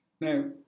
Now